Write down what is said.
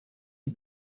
die